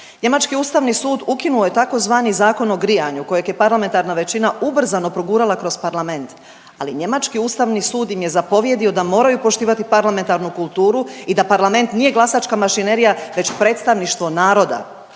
Njemački Ustavni sud, ukinuo je tzv. Zakon o grijanju kojeg je parlamentarna većina ubrzano progurala kroz parlament ali njemački Ustavni sud im je zapovjedio da moraju poštivati parlamentarnu kulturu i da parlament nije glasačka mašinerija već predstavništvo naroda.